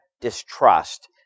distrust